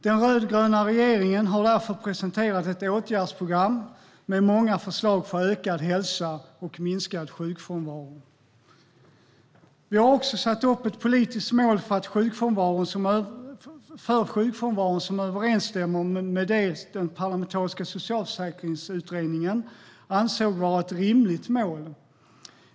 Den rödgröna regeringen har därför presenterat ett åtgärdsprogram med många förslag för ökad hälsa och minskad sjukfrånvaro. Vi har också satt upp ett politiskt mål för sjukfrånvaron som överensstämmer med det den parlamentariska socialförsäkringsutredningen ansåg vara ett rimligt mål.